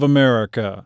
America